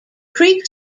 creek